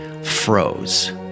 froze